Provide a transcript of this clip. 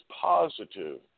positive